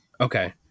Okay